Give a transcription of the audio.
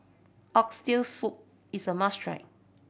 Oxtail Soup is a must try